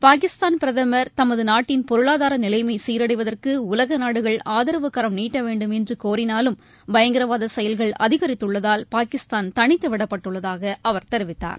பாகிஸ்தான் பிரதமர் தமது நாட்டின் பொருளாதார நிலைமை சீரடைவதற்கு உலக நாடுகள் ஆதரவு கரம் நீட்ட வேண்டும் என்று கோரினாலும் பயங்கரவாத செயல்கள் அதிகரித்துள்ளதால் பாகிஸ்தான் தனித்து விடப்பட்டுள்ளதாக அவர் தெரிவித்தார்